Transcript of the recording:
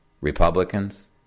Republicans